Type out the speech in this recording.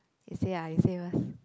you say ah you say first